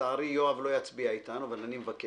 לצערי יואב קיש לא יצביע אתנו, אבל אני מבקש.